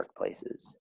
workplaces